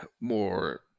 more